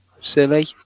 silly